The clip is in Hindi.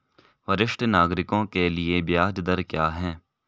वरिष्ठ नागरिकों के लिए ब्याज दर क्या हैं?